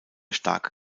stark